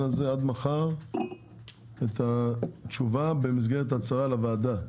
הזה עד מחר את התשובה במסגרת ההצעה לוועדה.